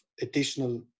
additional